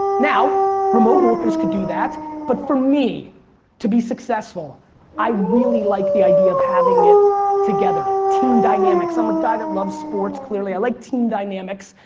now, remote workers can do that but for me to be successful i really like the idea of having it together. team dynamics. i'm a guy that loves sports. clearly i like team dynamics.